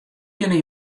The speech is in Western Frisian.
kinne